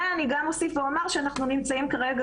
אני גם אוסיף ואומר שאנחנו נמצאים כרגע